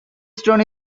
stone